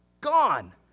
gone